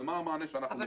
ומה המענה שאנחנו רוצים.